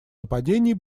нападений